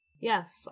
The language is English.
Yes